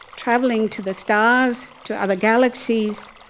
travelling to the stars, to other galaxies,